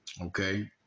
Okay